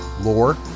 lore